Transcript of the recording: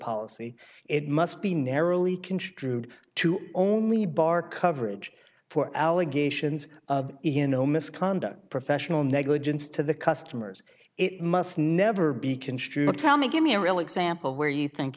policy it must be narrowly construed to only bar coverage for allegations of you know misconduct professional negligence to the customers it must never be construed tell me give me a real example where you think